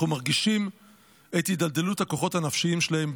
אנחנו מרגישים את הידלדלות הכוחות הנפשיים שלהם,